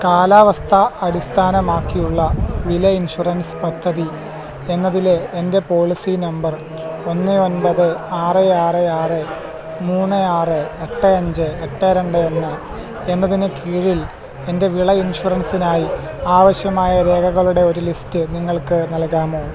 കാലാവസ്ഥ അടിസ്ഥാനമാക്കിയുള്ള വിള ഇൻഷുറൻസ് പദ്ധതി എന്നതിലെ എൻ്റെ പോളിസി നമ്പർ ഒന്ന് ഒൻപത് ആറ് ആറ് ആറ് മൂന്ന് ആറ് എട്ട് അഞ്ച് എട്ട് രണ്ട് എന്ന എന്നതിന് കീഴിൽ എൻ്റെ വിള ഇൻഷുറൻസിനായി ആവശ്യമായ രേഖകളുടെ ഒരു ലിസ്റ്റ് നിങ്ങൾക്ക് നൽകാമോ